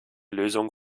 lösungen